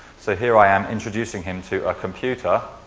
so, here i am introducing him to a computer.